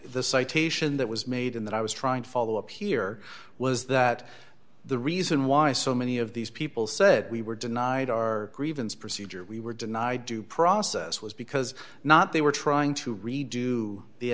the citation that was made in that i was trying to follow up here was that the reason why so many of these people said we were denied our grievance procedure we were denied due process was because not they were trying to redo the